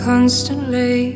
Constantly